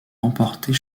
remportée